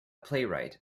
playwright